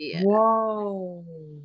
Whoa